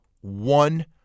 one